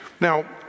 Now